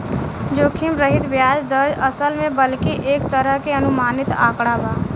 जोखिम रहित ब्याज दर, असल में बल्कि एक तरह के अनुमानित आंकड़ा बा